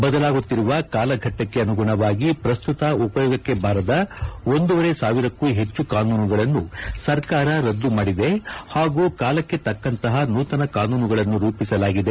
ಬದಲಾಗುತ್ತಿರುವ ಕಾಲಘಟ್ಟಕ್ಕೆ ಅನುಗುಣವಾಗಿ ಪ್ರಸ್ತುತ ಉಪಯೋಗಕ್ಕೆ ಬಾರದ ಒಂದೂವರೆ ಸಾವಿರಕ್ಕೂ ಹೆಚ್ಚು ಕಾನೂನುಗಳನ್ನು ಸರ್ಕಾರ ರದ್ಲು ಮಾಡಿದೆ ಹಾಗೂ ಕಾಲಕ್ಕೆ ತಕ್ಕಂತಪ ನೂತನ ಕಾನೂನುಗಳನ್ನು ರೂಪಿಸಲಾಗಿದೆ